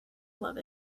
love